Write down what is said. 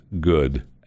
good